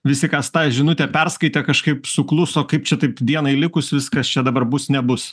visi kas tą žinutę perskaitė kažkaip sukluso kaip čia taip dienai likus viskas čia dabar bus nebus